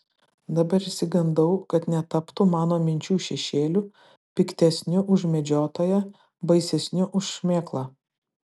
dabar išsigandau kad netaptų mano minčių šešėliu piktesniu už medžiotoją baisesniu už šmėklą